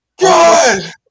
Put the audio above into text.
God